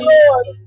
Lord